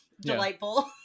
delightful